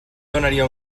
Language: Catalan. donaria